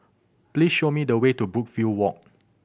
please show me the way to Brookvale Walk